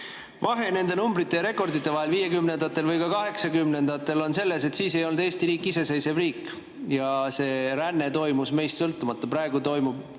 Vahe nende numbrite ja rekordite vahel 1950-ndatel ja ka 1980-ndatel on selles, et siis ei olnud Eesti riik iseseisev riik ja see ränne toimus meist sõltumata. Praegu toimub